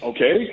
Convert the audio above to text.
Okay